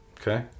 Okay